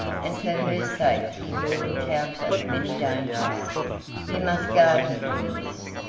and for her sake he will encounter many dangers you must guard him from this.